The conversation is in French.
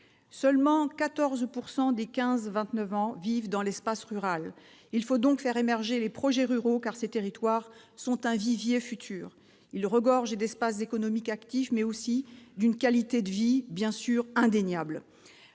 Seulement 14 % des 15-29 ans vivent dans l'espace rural. Il faut donc faire émerger les projets ruraux, car ces territoires sont un vivier futur : ils regorgent d'espaces économiques actifs, mais aussi d'une qualité de vie indéniable.